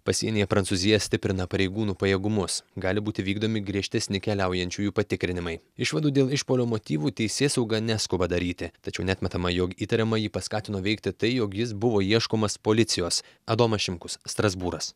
pasienyje prancūzija stiprina pareigūnų pajėgumus gali būti vykdomi griežtesni keliaujančiųjų patikrinimai išvadų dėl išpuolio motyvų teisėsauga neskuba daryti tačiau neatmetama jog įtariamąjį paskatino veikti tai jog jis buvo ieškomas policijos adomas šimkus strasbūras